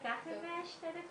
היחסים